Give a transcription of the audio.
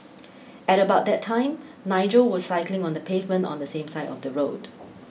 at about that time Nigel was cycling on the pavement on the same side of the road